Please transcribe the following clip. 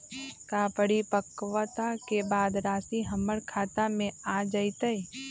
का परिपक्वता के बाद राशि हमर खाता में आ जतई?